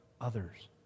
others